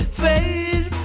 fade